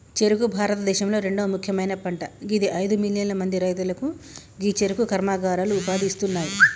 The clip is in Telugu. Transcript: చెఱుకు భారతదేశంలొ రెండవ ముఖ్యమైన పంట గిది అయిదు మిలియన్ల మంది రైతులకు గీ చెఱుకు కర్మాగారాలు ఉపాధి ఇస్తున్నాయి